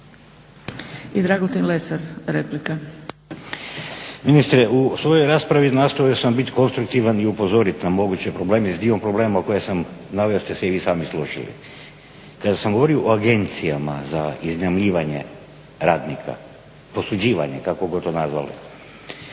- Stranka rada)** Ministre, u svojoj raspravi nastojao sam biti konstruktivan i upozorit na moguće probleme s dijelom problema koje sam naveo ste se i vi sami složili. Kada sam govorio o agencijama za iznajmljivanje radnika, posuđivanje, kako god to nazvali,